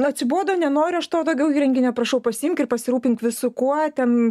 atsibodo nenoriu aš to daugiau įrenginio prašau pasiimk ir pasirūpink visu kuo ten